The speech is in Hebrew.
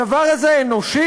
הדבר הזה אנושי?